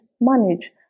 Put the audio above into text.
manage